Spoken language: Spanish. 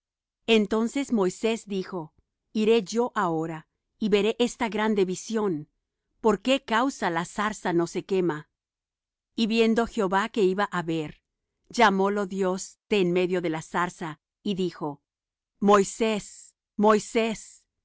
entonces moisés dijo iré yo ahora y veré esta grande visión por qué causa la zarza no se quema y viendo jehová que iba á ver llamólo dios de en medio de la zarza y dijo moisés moisés